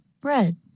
Bread